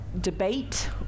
debate